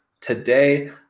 today